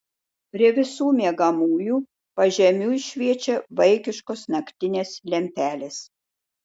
prie visų miegamųjų pažemiui šviečia vaikiškos naktinės lempelės